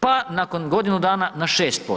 Pa nakon godinu dana na 6%